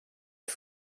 tse